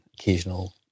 Occasional